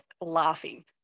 laughing